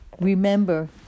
Remember